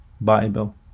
bible